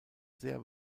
sehr